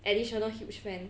additional huge fan